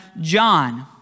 John